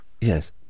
Yes